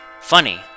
Funny